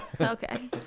okay